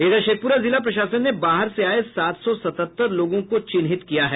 इधर शेखपुरा जिला प्रशासन ने बाहर से आये सात सौ सतहत्तर लोगों को चिन्हित किया है